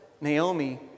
Naomi